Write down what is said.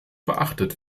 beachtet